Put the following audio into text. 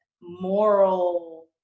moral